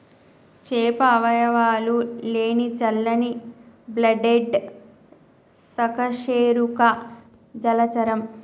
చేప అవయవాలు లేని చల్లని బ్లడెడ్ సకశేరుక జలచరం